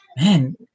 Man